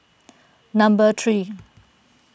number three